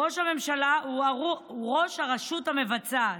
ראש הממשלה הוא ראש הרשות המבצעת,